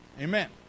Amen